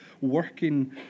working